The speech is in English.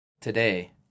Today